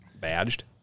badged